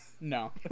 No